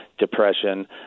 depression